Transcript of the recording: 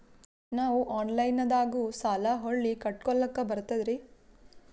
ನಾವು ಆನಲೈನದಾಗು ಸಾಲ ಹೊಳ್ಳಿ ಕಟ್ಕೋಲಕ್ಕ ಬರ್ತದ್ರಿ?